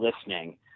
listening